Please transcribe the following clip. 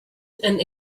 and